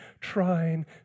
trying